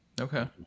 okay